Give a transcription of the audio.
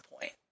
point